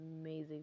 amazing